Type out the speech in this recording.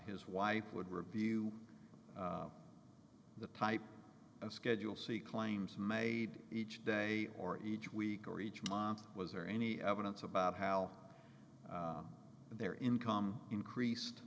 his wife would review the type of schedule c claims made each day or each week or each monster was there any evidence about how their income increased